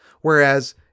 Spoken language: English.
Whereas